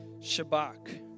Shabbat